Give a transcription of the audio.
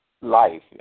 life